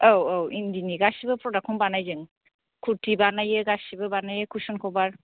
औ औ इन्दिनि गासिबो प्र'डाक्टखौनो बानायो जों खुर्टि बानायो गासिबो बानायो कुसुन कभार